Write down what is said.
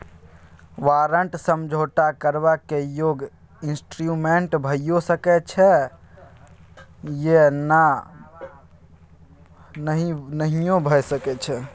बारंट समझौता करबाक योग्य इंस्ट्रूमेंट भइयो सकै यै या नहियो भए सकै यै